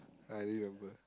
I didn't remember